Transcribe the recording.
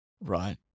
right